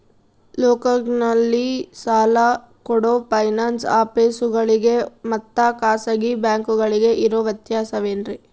ಲೋಕಲ್ನಲ್ಲಿ ಸಾಲ ಕೊಡೋ ಫೈನಾನ್ಸ್ ಆಫೇಸುಗಳಿಗೆ ಮತ್ತಾ ಖಾಸಗಿ ಬ್ಯಾಂಕುಗಳಿಗೆ ಇರೋ ವ್ಯತ್ಯಾಸವೇನ್ರಿ?